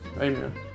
amen